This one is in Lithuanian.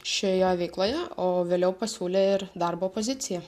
šioje veikloje o vėliau pasiūlė ir darbo poziciją